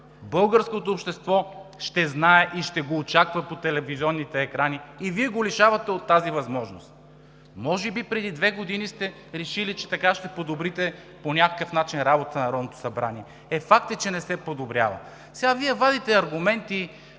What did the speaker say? Българското общество ще знае и ще го очаква по телевизионните екрани и Вие го лишавате от тази възможност. Може би преди две години сте решили, че така ще подобрите по някакъв начин работата на Народното събрание. Е, факт е, че не се подобрява. Сега Вие вадите аргументи